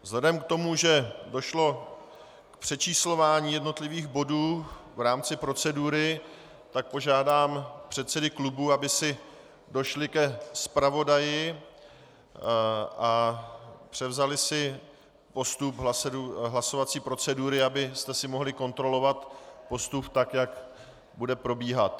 Vzhledem k tomu, že došlo k přečíslování jednotlivých bodů v rámci procedury, požádám předsedy klubů, aby si došli ke zpravodaji a převzali si postup hlasovací procedury, abyste si mohli kontrolovat postup, tak jak bude probíhat.